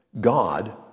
God